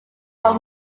are